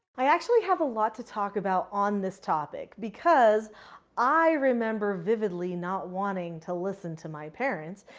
i actually have a lot to talk about on this topic because i remember vividly not wanting to listen to my parents.